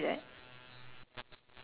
ya err skincare